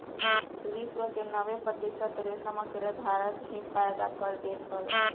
विश्व के नब्बे प्रतिशत रेशम अकेले भारत ही पैदा कर देत हवे